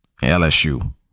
LSU